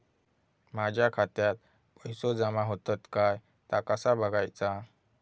माझ्या खात्यात पैसो जमा होतत काय ता कसा बगायचा?